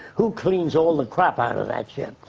who cleans all the crap out of that ship?